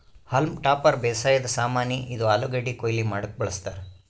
haulm topper ಬೇಸಾಯದ್ ಸಾಮಾನಿ, ಇದು ಆಲೂಗಡ್ಡಿ ಕೊಯ್ಲಿ ಮಾಡಕ್ಕ್ ಬಳಸ್ತಾರ್